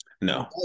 No